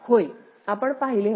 होय आपण पाहिले होते